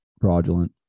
Fraudulent